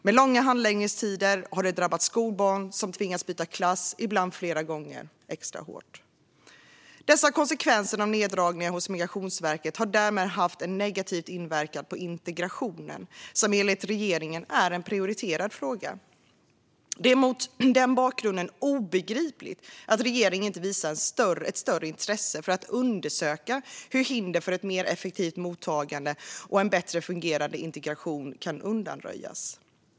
Med långa handläggningstider har detta drabbat skolbarn som tvingats byta klass, ibland flera gånger, extra hårt. Dessa konsekvenser av neddragningarna hos Migrationsverket har därmed haft en negativ inverkan på integrationen som enligt regeringen är en prioriterad fråga. Det är mot den bakgrunden obegripligt att regeringen inte visar ett större intresse för att undersöka hur hinder för ett mer effektivt mottagande och en bättre fungerande integration kan undanröjas.